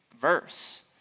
verse